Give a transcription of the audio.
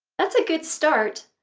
that's a good start,